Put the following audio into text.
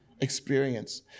experience